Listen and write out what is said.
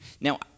Now